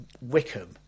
Wickham